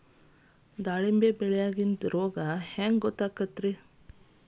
ದಾಳಿಂಬಿ ಬೆಳಿಯಾಗ ವೈರಸ್ ರೋಗ ಹ್ಯಾಂಗ ಗೊತ್ತಾಕ್ಕತ್ರೇ?